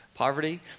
poverty